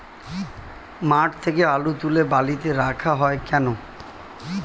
মাঠ থেকে আলু তুলে বালিতে রাখা হয় কেন?